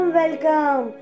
welcome